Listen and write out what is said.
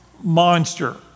monster